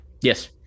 Yes